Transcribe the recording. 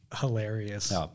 Hilarious